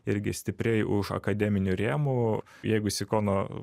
irgi stipriai už akademinių rėmų jeigu sikono